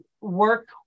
work